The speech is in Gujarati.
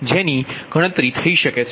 જેની ગણતરી કરી છે